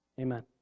amen